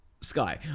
Sky